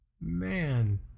man